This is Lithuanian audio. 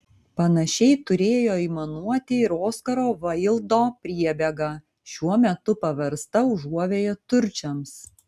panašiai turėjo aimanuoti ir oskaro vaildo priebėga šiuo metu paversta užuovėja turčiams